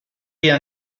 wir